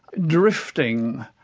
drifting,